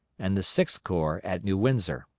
and the sixth corps at new windsor.